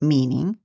Meaning